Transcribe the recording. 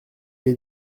est